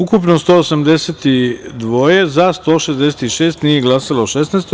Ukupno – 182, za – 166, nije glasalo – 16.